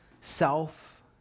self